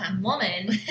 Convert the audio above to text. woman